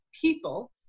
people